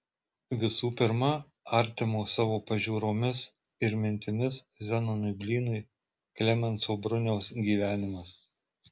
visų pirma artimo savo pažiūromis ir mintimis zenonui blynui klemenso bruniaus gyvenimas